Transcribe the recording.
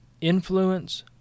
influence